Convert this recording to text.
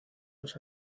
los